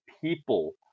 people